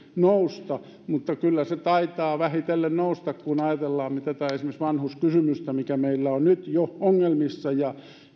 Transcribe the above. nousta vaikka kyllä se taitaa vähitellen nousta kun ajatellaan nyt esimerkiksi tätä vanhuskysymystä mikä meillä on nyt jo ongelmissa ja